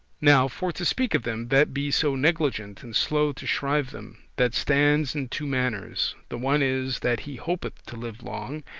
now for to speak of them that be so negligent and slow to shrive them that stands in two manners. the one is, that he hopeth to live long,